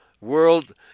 world